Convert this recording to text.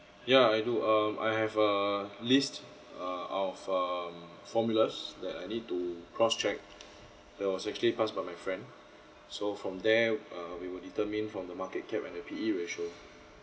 yeah I do um I have a list uh of um formula that I need to cross-check that was actually pass by my friend so from there uh we will determine from the market cap and the P_E ratio